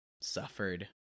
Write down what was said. suffered